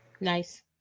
Nice